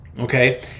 okay